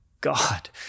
God